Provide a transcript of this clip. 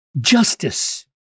justice